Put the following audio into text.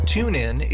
TuneIn